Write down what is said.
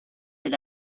but